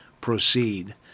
proceed